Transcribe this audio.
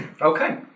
Okay